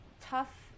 tough